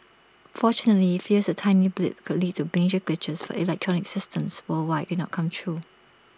fortunately fears that tiny blip could lead to major glitches for electronic systems worldwide did not come true